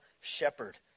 shepherd